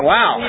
Wow